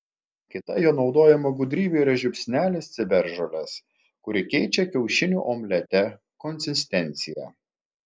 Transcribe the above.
kita jo naudojama gudrybė yra žiupsnelis ciberžolės kuri keičia kiaušinių omlete konsistenciją